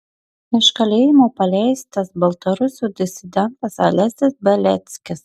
iš kalėjimo paleistas baltarusių disidentas alesis beliackis